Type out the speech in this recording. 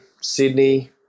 sydney